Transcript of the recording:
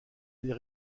les